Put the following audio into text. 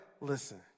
listen